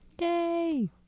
Yay